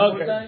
Okay